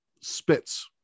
spits